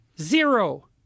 Zero